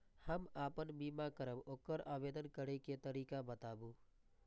हम आपन बीमा करब ओकर आवेदन करै के तरीका बताबु?